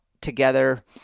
together